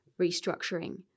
restructuring